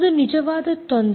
ಅದು ನಿಜವಾದ ತೊಂದರೆ